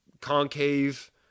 concave